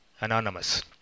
Anonymous